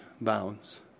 bounds